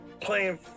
playing